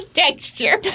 texture